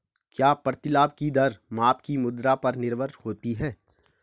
क्या प्रतिलाभ की दर माप की मुद्रा पर निर्भर होती है?